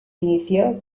inició